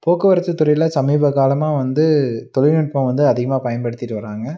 போக்குவரத்து துறையில் சமீப காலமாக வந்து தொழில்நுட்பம் வந்து அதிகமாக பயன்படுத்திகிட்டு வராங்க